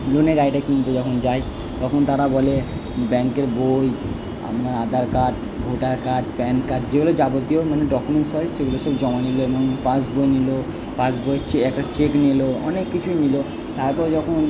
দুজনে গাড়িটা কিনতে যখন যাই তখন তারা বলে ব্যাংকের বই আপনার Aadhaar card voter card PAN card যেগুলো যাবতীয় মানে ডকুমেন্টস হয় সেগুলো সব জমা নিলো মানে পাস বই নিলো পাস বই চে একটা চেক নিলো অনেক কিছুই নিলো তারপরে যখন